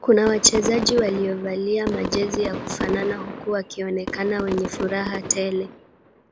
Kuna wachezaji waliovalia majezi ya kufanana huku wakionekana wenye furaha tele.